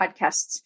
podcasts